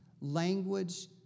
Language